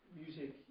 music